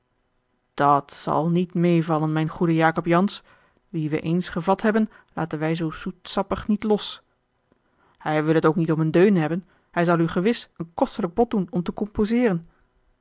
dat zal niet meêvallen mijn goede jacob jansz wie we eens gevat hebben laten we zoo zoetsappig niet los hij wil het ook niet om een deun hebben hij zal u gewis een kostelijk bod doen om te composeeren